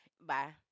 Bye